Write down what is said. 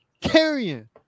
Carrying